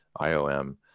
IOM